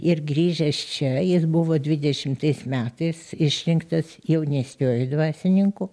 ir grįžęs čia jis buvo dvidešimtais metais išrinktas jaunesniuoju dvasininku